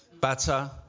butter